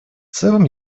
целом